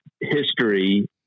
history